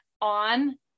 on